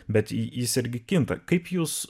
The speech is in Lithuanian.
bet jis irgi kinta kaip jūs